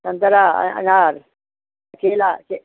संतरा अनार केला के